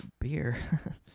beer